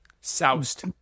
Soused